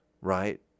right